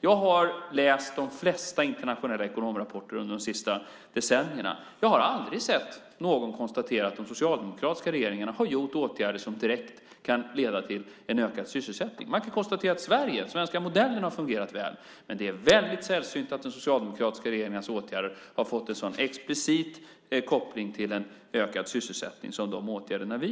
Jag har läst de flesta internationella ekonomrapporter de senaste decennierna. Jag har aldrig sett någon som konstaterat att de socialdemokratiska regeringarna har vidtagit åtgärder som direkt kan leda till ökad sysselsättning. Man har konstaterat att den svenska modellen har fungerat väl, men det är väldigt sällsynt att de socialdemokratiska regeringarnas åtgärder har fått en så explicit koppling till ökad sysselsättning som de åtgärder vi